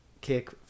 kick